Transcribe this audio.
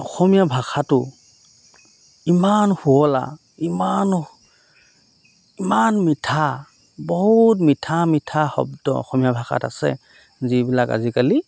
অসমীয়া ভাষাটো ইমান শুৱলা ইমান ইমান মিঠা বহুত মিঠা মিঠা শব্দ অসমীয়া ভাষাত আছে যিবিলাক আজিকালি